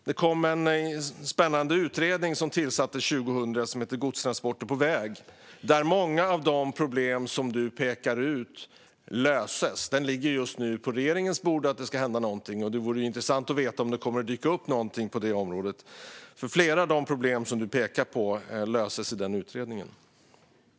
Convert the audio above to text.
Men det kom en utredning 2022 som heter Godstransporter på väg och som just nu ligger på regeringens bord. Där finns det lösningar på många av de problem som du pekar ut. Det vore intressant att få veta om det kommer att dyka upp någonting på detta område. Flera av de problem som du pekar på löses i den utredningen. Jag ber om ursäkt för att jag sa du.